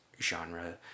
genre